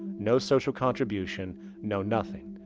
no social contribution no nothing.